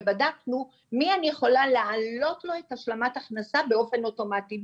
ובדקנו למי אני יכולה להעלות לו את השלמת ההכנסה באופן אוטומטי,